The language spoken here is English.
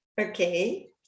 Okay